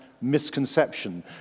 misconception